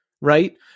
right